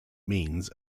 means